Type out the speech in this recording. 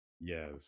Yes